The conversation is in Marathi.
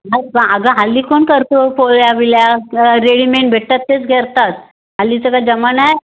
अगं हल्ली कोण करतो पोळया बिल्या रेडीमेड भेटतात त्याच घेतात हल्लीचा काय जमाना आहे